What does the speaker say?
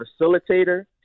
facilitator